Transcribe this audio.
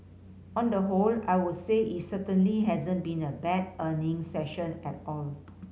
on the whole I would say it certainly hasn't been a bad earnings session at all